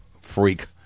freak